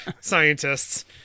scientists